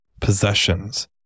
possessions